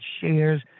shares